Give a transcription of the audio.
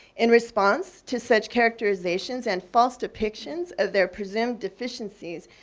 in response to such characterizations and false depictions of their presumed deficiencies,